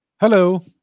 Hello